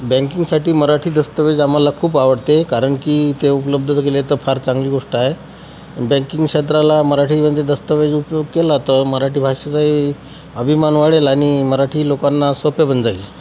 बँकिंगसाठी मराठी दस्तावेज आम्हाला खूप आवडते कारण की ते उपलब्ध जर केले तर फार चांगली गोष्ट आहे बँकिंग क्षेत्राला मराठीमध्ये दस्तावेज उपयोग केला तर मराठी भाषेचाही अभिमान वाढेल आणि मराठी लोकांना सोपं पण जाईल